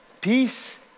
Peace